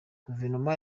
guverinoma